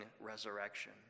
resurrection